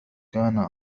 كان